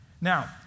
Now